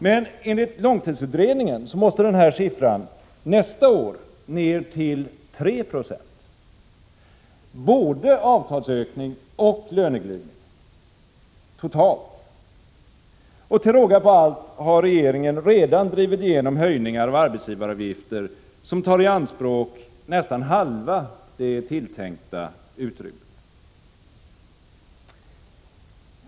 Men enligt långtidsutredningen måste den här siffran nästa år ned till 3 Ze totalt, dvs. för avtalsökning och löneglidning tillsammans. Till råga på allt har regeringen redan drivit igenom höjningar av arbetsgivaravgifter som tar i anspråk nästan halva det tilltänkta utrymmet.